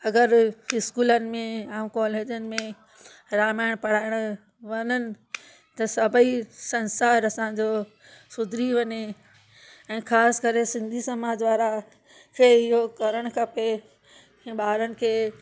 अगरि की इस्कूलनि में ऐं कॉलेजनि में रामायण पढ़नि वञनि त सभई संसार असांजो सुधरी वञे ऐं ख़ासि करे सिंधी समाज वारा खे इहो करणु खपे ऐं ॿारनि खे